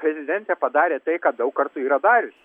prezidentė padarė tai ką daug kartų yra dariusi